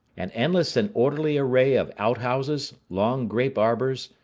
an endless and orderly array of outhouses, long grape arbors,